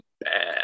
bad